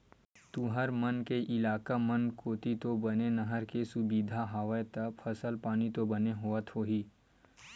तुंहर मन के इलाका मन कोती तो बने नहर के सुबिधा हवय ता फसल पानी तो बने होवत होही?